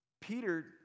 Peter